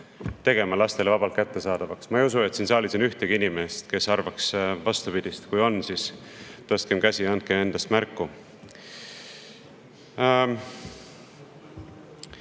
tegema lastele vabalt kättesaadavaks. Ma ei usu, et siin saalis on ükski inimene, kes arvab vastupidist. Kui on, siis tõstkem käsi, andkem endast märku.